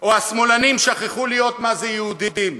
או "השמאלנים שכחו מה זה להיות יהודים",